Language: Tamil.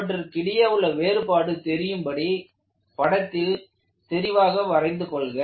அவற்றிற்கிடையே உள்ள வேறுபாடு தெரியும் படி படத்தை தெளிவாக வரைந்து கொள்க